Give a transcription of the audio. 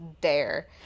dare